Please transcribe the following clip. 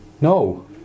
No